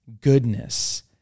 goodness